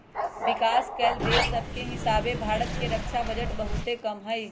विकास कएल देश सभके हीसाबे भारत के रक्षा बजट बहुते कम हइ